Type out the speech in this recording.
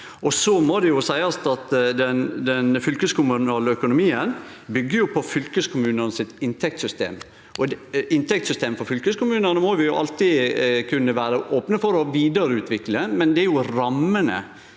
den fylkeskommunale økonomien byggjer på fylkeskommunane sitt inntektssystem, og inntektssystemet for fylkeskommunane må vi alltid kunne vere opne for å vidareutvikle. Men det er rammene